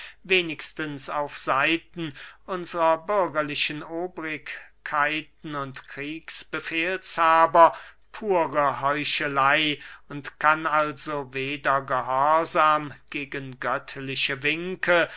wenigstens auf seiten unsrer bürgerlichen obrigkeiten und kriegsbefehlshaber pure heucheley und kann also weder gehorsam gegen göttliche winke